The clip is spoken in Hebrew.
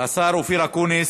השר אופיר אקוניס.